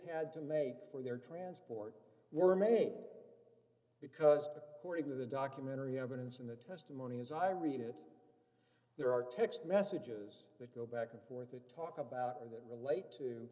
had to make for their transport were made because d according to the documentary evidence and the testimony as i read it there are text messages that go back and forth and talk about and that relate to